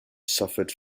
suffered